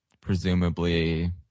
presumably